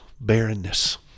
barrenness